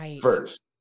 first